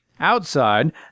Outside